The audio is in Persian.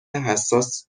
حساس